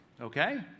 okay